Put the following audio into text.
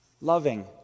loving